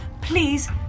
please